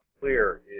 clear